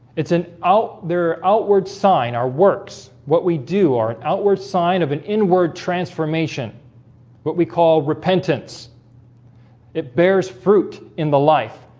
it's an out there outward sign our works what we do are an outward sign of an inward transformation what we call repentance it bears fruit in the life